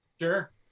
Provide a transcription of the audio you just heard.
Sure